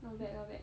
not bad not bad